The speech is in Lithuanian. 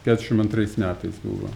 keturiasdešimt antrais metais buvo